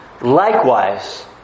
Likewise